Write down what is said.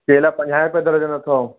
केला पंजाह रुपए दर्जन अथव